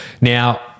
Now